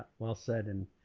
well said. and